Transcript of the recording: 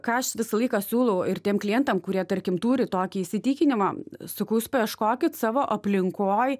ką aš visą laiką siūlau ir tiem klientam kurie tarkim turi tokį įsitikinimą sakau jūs paieškokit savo aplinkoj